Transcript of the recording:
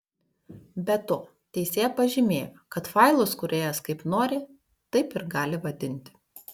be to teisėja pažymėjo kad failus kūrėjas kaip nori taip ir gali vadinti